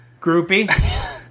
Groupie